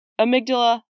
amygdala